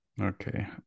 Okay